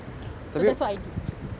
so that is what I did